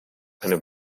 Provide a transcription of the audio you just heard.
eine